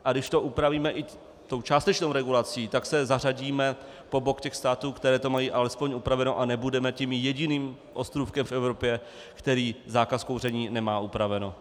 A když to upravíme i tou částečnou regulací, tak se zařadíme po bok těch států, které to mají alespoň upraveno, a nebudeme tím jediným ostrůvkem v Evropě, který zákaz kouření nemá upraven.